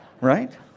Right